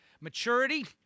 Maturity